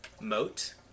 moat